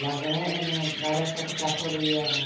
ᱞᱟᱜᱽᱬᱮ ᱮᱱᱮᱡ ᱵᱟᱲᱮ ᱯᱚᱴᱠᱟ ᱯᱩᱲᱤᱭᱟ